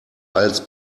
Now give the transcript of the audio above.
als